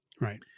right